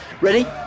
Ready